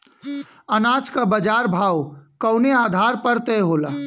अनाज क बाजार भाव कवने आधार पर तय होला?